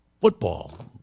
football